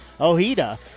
Ojeda